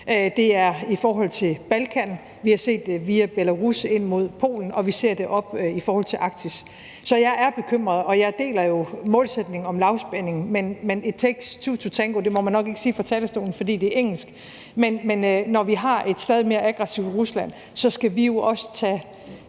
det er i forhold til Balkan, vi har set det via Belarus ind mod Polen, og vi ser det i forhold til Arktis. Så jeg er bekymret, og jeg deler jo målsætningen om lavspænding, men it takes two to tango, og det må man nok ikke sige fra talerstolen, fordi det er engelsk, men når vi har et stadig mere aggressivt Rusland, skal vi jo også tage